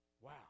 Wow